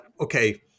okay